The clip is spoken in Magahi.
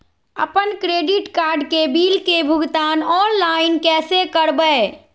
अपन क्रेडिट कार्ड के बिल के भुगतान ऑनलाइन कैसे करबैय?